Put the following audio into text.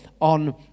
on